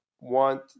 want